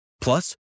Plus